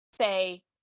say